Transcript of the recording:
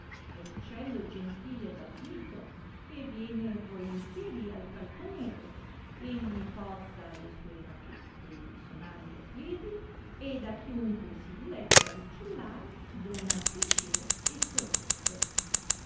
che è uccello gentile ed ardito e viene volentieri al falconiere egli porta le sue brachette e gli sonagli a piedi ed a chiunque si diletta d uccellare dona piacere e solazzo